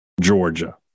Georgia